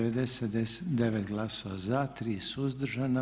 99 glasova za, 3 suzdržana.